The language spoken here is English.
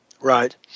Right